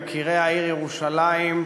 יקירי העיר ירושלים,